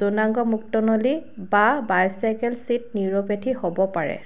যৌনাংগ মূত্ৰনলী বা bicycle seat neuropathy হ'ব পাৰে